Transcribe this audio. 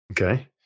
okay